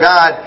God